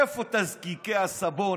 איפה תזקיקי הסבון,